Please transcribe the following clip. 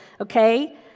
Okay